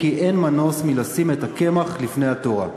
"שאין מנוס מלשים את הקמח לפני התורה".